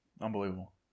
Unbelievable